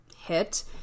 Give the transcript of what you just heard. hit